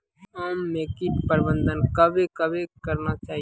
आम मे कीट प्रबंधन कबे कबे करना चाहिए?